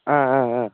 ஆ ஆ ஆ